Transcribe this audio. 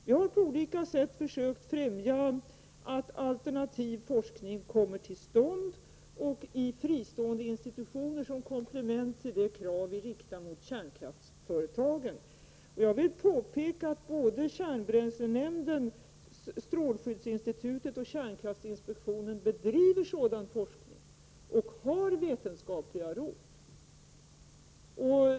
Vi har på olika sätt försökt att främja att alternativ forskning kommit till stånd i fristående institutioner som komplement till de krav vi riktar mot kärnkraftsföretagen. Jag vill påpeka att kärnbränslenämnden, strålskyddsinstitutet och kärnkraftsinspektionen bedriver sådan forskning och att de har vetenskapliga råd.